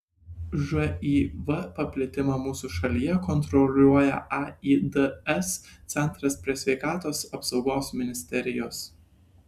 živ paplitimą mūsų šalyje kontroliuoja aids centras prie sveikatos apsaugos ministerijos